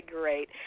great